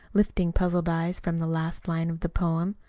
lifting puzzled eyes from the last line of the poem,